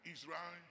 Israel